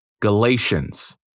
Galatians